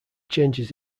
changes